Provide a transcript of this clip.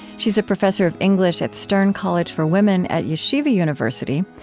she is a professor of english at stern college for women at yeshiva university.